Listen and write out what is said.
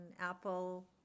Apple